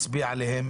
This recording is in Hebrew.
תשפ"ב,